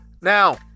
Now